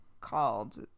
called